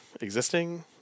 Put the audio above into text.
existing